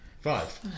five